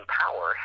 power